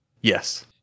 yes